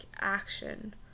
action